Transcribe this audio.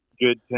good